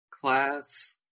class